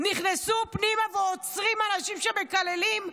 נכנסו פנימה ועוצרים אנשים שמקללים.